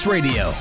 Radio